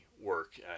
work